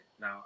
now